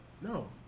No